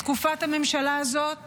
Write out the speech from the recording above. בתקופת הממשלה הזאת